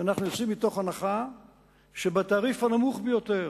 אנחנו יוצאים מההנחה שבתעריף הנמוך ביותר,